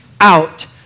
out